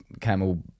camel